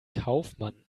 kaufmann